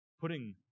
Putting